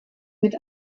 mit